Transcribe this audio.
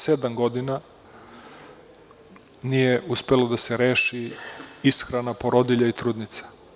Sedam godina nije uspela da se reši ishrana porodilja i trudnica.